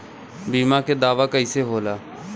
बीमा के दावा कईसे होला?